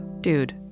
Dude